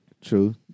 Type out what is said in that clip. True